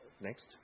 next